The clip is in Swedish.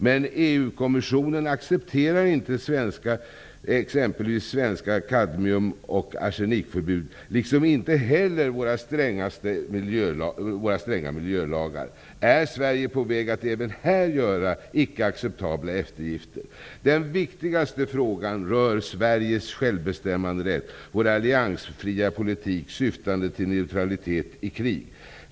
Men EU-kommissionen accepterar exempelvis inte svenska kadmium och arsenikförbud, och inte heller våra stränga miljölagar. Är Sverige på väg att även här göra icke acceptabla eftergifter? Den viktigaste frågan rör Sveriges självbestämmanderätt och vår alliansfria politik, syftande till neutralitet i krig.